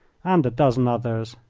and a dozen others.